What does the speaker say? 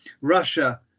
Russia